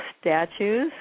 statues